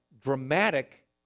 dramatic